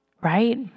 right